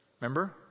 Remember